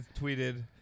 tweeted